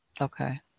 Okay